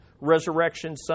resurrection